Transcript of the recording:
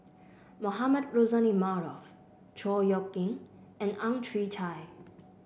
Mohamed Rozani Maarof Chor Yeok Eng and Ang Chwee Chai